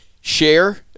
share